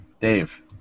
Dave